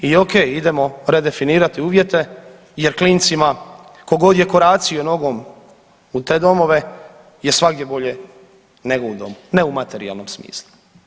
I okej, idemo redefinirati uvjete jer klincima tko god je koracio nogom u te domove je svagdje bolje nego u domu, ne u materijalnom smislu.